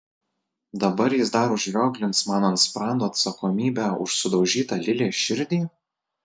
dabar jis dar užrioglins man ant sprando atsakomybę už sudaužytą lilės širdį